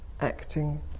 acting